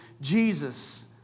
Jesus